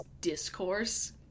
discourse